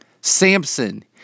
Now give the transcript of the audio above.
Samson